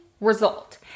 result